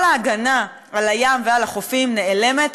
כל ההגנה על הים ועל החופים נעלמת